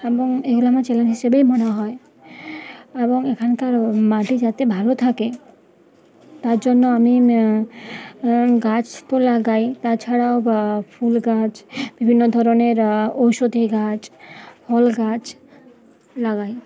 এবং এগুলো আমার চ্যালেঞ্জ হিসেবেই মনে হয় এবং এখানকার মাটি যাতে ভালো থাকে তার জন্য আমি গাছ তো লাগাই তাছাড়াও ফুল গাছ বিভিন্ন ধরনের ঔষধি গাছ ফল গাছ লাগাই